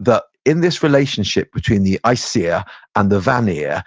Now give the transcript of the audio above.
that in this relationship between the aesir and the vanir,